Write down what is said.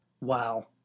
Wow